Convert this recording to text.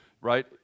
right